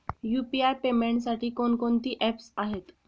UPI पेमेंटसाठी कोणकोणती apps आहेत?